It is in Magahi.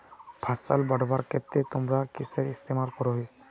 फसल बढ़वार केते तुमरा किसेर इस्तेमाल करोहिस?